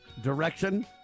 direction